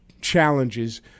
challenges